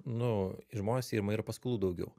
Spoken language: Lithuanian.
nu žmonės ima ir paskolų daugiau